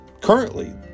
Currently